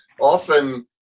often